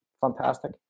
fantastic